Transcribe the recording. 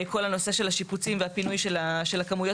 כל הנושא של השיפוצים והפינוי של הכמויות